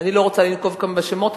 אני לא רוצה לנקוב כאן בשמות.